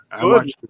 Good